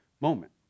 moment